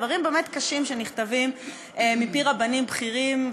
דברים באמת קשים שנכתבים מפי רבנים בכירים,